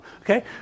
Okay